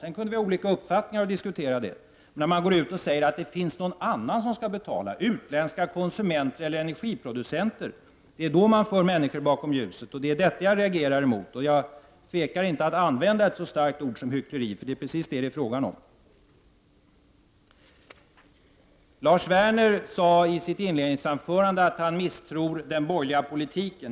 Sedan kan man ha olika uppfattningar och diskutera det. Att gå ut och säga att det finns någon annan som skall betala — utländska konsumenter eller energiproducenter — är att föra människor bakom ljuset. Det är detta jag reagerar emot. Jag tvekar inte att använda ett så starkt ord som hyckleri, eftersom det är precis vad det är fråga om. Lars Werner sade i sitt inledningsanförande att han misstror den borgerliga politiken.